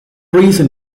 recent